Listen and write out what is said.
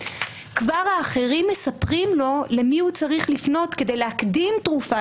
כבר האחרים מספרים לו למי הוא צריך לפנות כדי להקדים תרופה